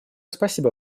спасибо